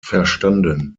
verstanden